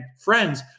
friends